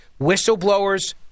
whistleblowers